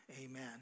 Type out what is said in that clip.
Amen